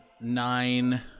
nine